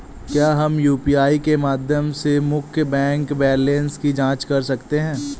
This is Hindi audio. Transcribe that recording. क्या हम यू.पी.आई के माध्यम से मुख्य बैंक बैलेंस की जाँच कर सकते हैं?